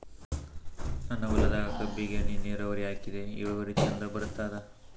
ನನ್ನ ಹೊಲದಾಗ ಕಬ್ಬಿಗಿ ಹನಿ ನಿರಾವರಿಹಾಕಿದೆ ಇಳುವರಿ ಚಂದ ಬರತ್ತಾದ?